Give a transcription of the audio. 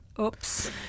Oops